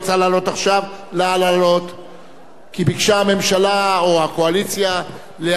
כי ביקשה הממשלה או הקואליציה להקדים את כל הנושאים השנויים במחלוקת.